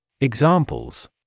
Examples